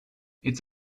it’s